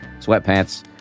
sweatpants